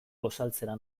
gosaltzera